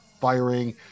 firing